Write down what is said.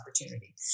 opportunity